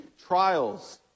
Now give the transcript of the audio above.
trials